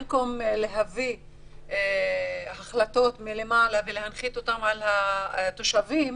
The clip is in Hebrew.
במקום להביא החלטות מלמעלה ולהנחית אותן על התושבים,